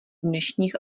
dnešních